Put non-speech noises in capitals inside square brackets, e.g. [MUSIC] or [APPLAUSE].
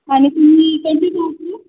[UNINTELLIGIBLE] मी पैसे पाठवू